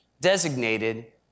designated